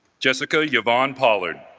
jessica yeah yvonne pollard,